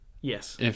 Yes